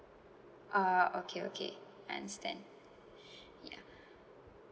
ah okay okay I understand yeah